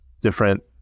different